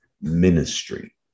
ministry